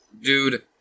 dude